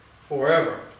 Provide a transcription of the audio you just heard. forever